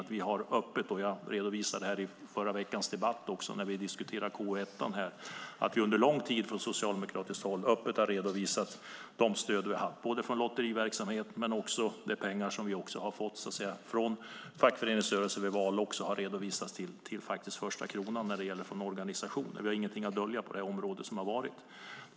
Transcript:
När vi diskuterade detta förra veckan redovisade jag att Socialdemokraterna öppet har redovisat stöd från lotteriverksamhet och pengar som vi har fått från fackföreningsrörelsen. Det har redovisats till sista kronan när det gäller organisationer. Vi har ingenting att dölja på det här området.